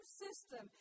system